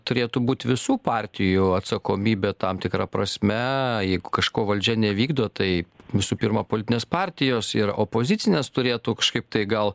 turėtų būt visų partijų atsakomybė tam tikra prasme jeigu kažko valdžia nevykdo tai visų pirma politinės partijos ir opozicinės turėtų kažkaip tai gal